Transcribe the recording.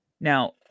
Now